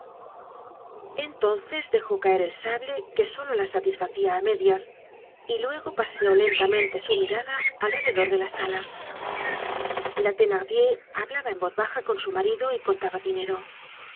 entonces dejó caer el sable que solo la satisfacia á medias y luego paseó lentamente su mirada alrededor de la sala la thenardier hablaba en voz baja con su marido y contaba dinero